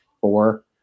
four